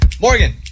Morgan